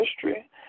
history